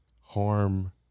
harm